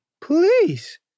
please